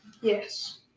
Yes